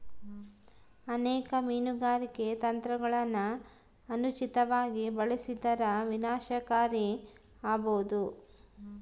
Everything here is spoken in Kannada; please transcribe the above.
ಅನೇಕ ಮೀನುಗಾರಿಕೆ ತಂತ್ರಗುಳನ ಅನುಚಿತವಾಗಿ ಬಳಸಿದರ ವಿನಾಶಕಾರಿ ಆಬೋದು